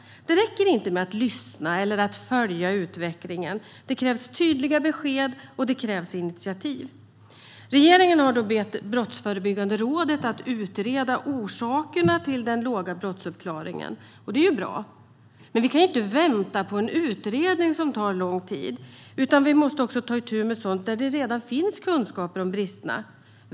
Det räcker inte med att lyssna eller att följa utvecklingen. Det krävs tydliga besked, och det krävs initiativ. Regeringen har bett Brottsförebyggande rådet att utreda orsakerna till den låga brottsuppklaringen. Det är ju bra, men vi kan inte vänta på en utredning som tar lång tid, utan vi måste ta itu med sådant där det redan finns kunskap om bristerna.